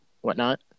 whatnot